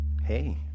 Hey